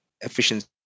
efficiency